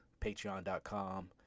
Patreon.com